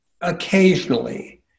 Occasionally